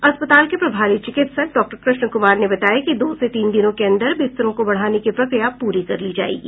अस्पताल के प्रभारी चिकित्सक डॉक्टर कृष्ण कुमार ने बताया कि दो से तीन दिनों के अंदर बिस्तरों को बढ़ाने की प्रक्रिया प्ररी कर ली जायेगी